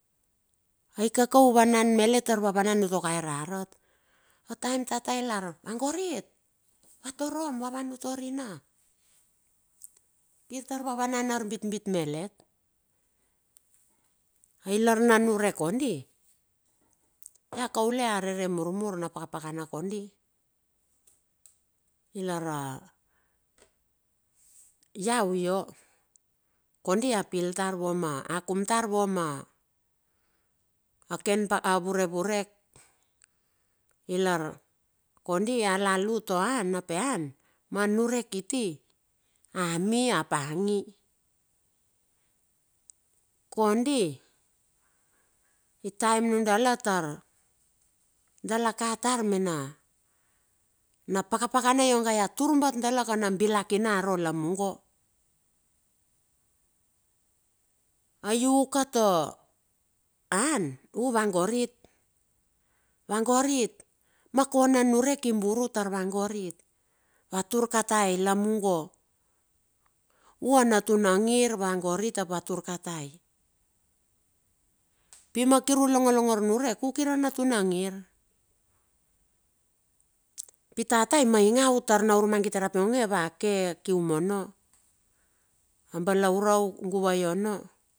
Ai kaka u vanan malet tar va vanan u tuaka rarat, a taim tata ilar, vagorit, vatarom va van utua rina. Kir ta va van ar bitbit malet. Ai lar na niurek kondi, ia kaule a rere murmur na pakapakana kondi, ilar a, iau io kondi a piltar vama, a kum tar va ma, ken pak ken vurevurek. Lar kondi la la toan ap ean ma niurek kiti. ami ap angi. Kondi i taem a nudala taur dala katar mena pakapakana iongai ia tur bat dala kan na bilakina aro lamungo. Ai u ka to an u va gorit, va gorit ma kona niurek i buru tar va gorit, vatur katai lamungo, u a natuna ngir va gorit va tar katai, pi ma kir u long longor niurek, ukir a natu na ngir. Pi tata i maingao taur na urmagit rap iongeo va ke kium ono balaurau kium ono.